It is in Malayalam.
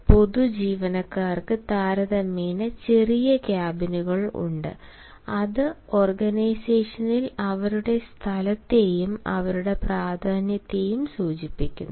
പൊതു ജീവനക്കാർക്ക് താരതമ്യേന ചെറിയ ക്യാബിനുകൾ ഉണ്ട് അത് ഓർഗനൈസേഷനിൽ അവരുടെ സ്ഥലത്തെയും അവരുടെ പ്രാധാന്യത്തെയും സൂചിപ്പിക്കുന്നു